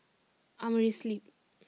Amerisleep